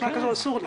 בשנה כזו אסור לי.